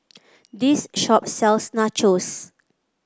this shop sells Nachos